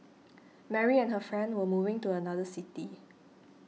Mary and her family were moving to another city